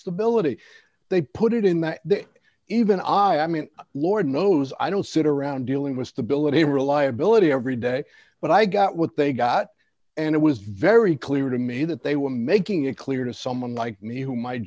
stability they put it in that that even i am in lord knows i don't sit around dealing with stability reliability every day but i got what they got and it was very clear to me that they were making it clear to someone like me who might